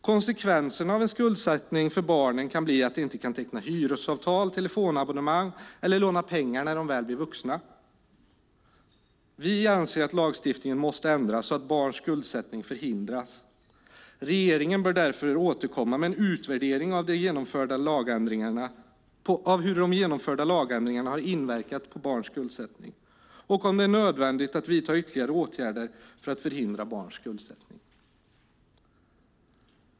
Konsekvenserna av en skuldsättning för barnen kan bli att de inte kan teckna hyresavtal, telefonabonnemang eller låna pengar när de väl blir vuxna. Vi anser att lagstiftningen måste ändras så att barns skuldsättning förhindras. Regeringen bör därför återkomma med en utvärdering av hur de genomförda lagändringarna har inverkat på barns skuldsättning och om det är nödvändigt att vidta ytterligare åtgärder för att förhindra barns skuldsättning.